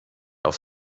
auf